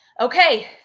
Okay